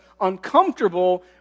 uncomfortable